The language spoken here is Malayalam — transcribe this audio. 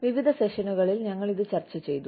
വിവിധ സെഷനുകളിൽ ഞങ്ങൾ ഇത് ചർച്ച ചെയ്തു